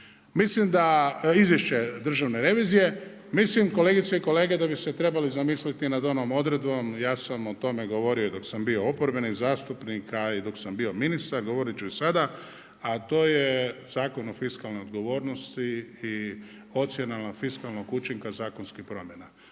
Mislim da izvješće Državne revizije, mislim da kolegice i kolege, da bi se trebali zamisliti nad onom odredbom, ja sam o tome govorio, dok sam bio oporbeni zastupnika a i dok sam bio ministar, govoriti ću i sada, a to je Zakon o fiskalnoj odgovornosti i ocjenama fiskalnim učinaka zakonskim promjena.